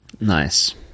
Nice